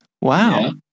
wow